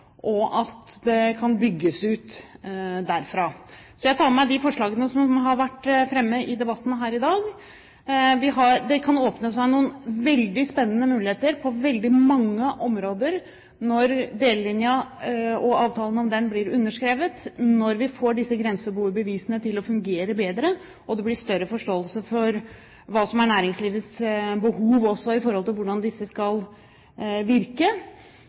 og at det kan bygges ut derfra. Jeg tar med meg de forslagene som har vært framme i debatten her i dag. Det kan åpne seg noen veldig spennende muligheter på veldig mange områder når avtalen om delelinjen blir underskrevet, når vi får grenseboerbevisene til å fungere bedre, og at det blir større forståelse også for hva som er næringslivets behov når det gjelder hvordan disse skal virke.